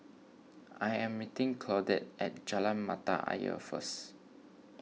I am meeting Claudette at Jalan Mata Ayer first